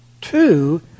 two